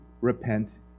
repent